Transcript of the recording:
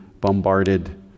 bombarded